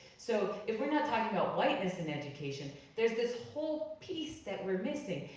so if we're not talking about whiteness in education, there's this whole piece that we're missing.